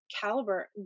caliber